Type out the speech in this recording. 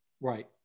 Right